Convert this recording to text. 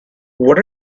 what